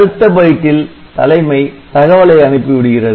அடுத்த பைட்டில் தலைமை தகவலை அனுப்பிவிடுகிறது